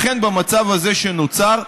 לכן, במצב הזה שנוצר,